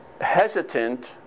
hesitant